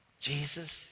Jesus